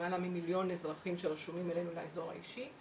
למעלה ממיליון אזרחים שרשומים אלינו לאזור האישי.